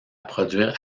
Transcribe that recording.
produire